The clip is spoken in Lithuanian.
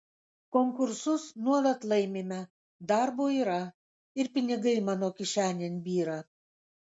konkursus nuolat laimime darbo yra ir pinigai mano kišenėn byra